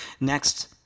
Next